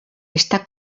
està